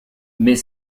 met